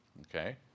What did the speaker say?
Okay